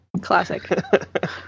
Classic